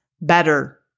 better